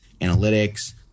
analytics